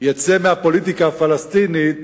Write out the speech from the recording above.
יצא מהפוליטיקה הפלסטינית